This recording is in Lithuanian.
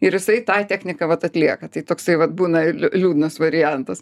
ir jisai tą techniką vat atlieka tai toksai vat būna liūdnas variantas